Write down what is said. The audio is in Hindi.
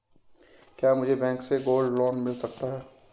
क्या मुझे बैंक से गोल्ड लोंन मिल सकता है?